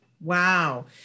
wow